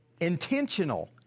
intentional